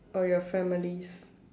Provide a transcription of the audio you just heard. or your families